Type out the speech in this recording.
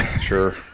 Sure